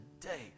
today